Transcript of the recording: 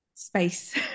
space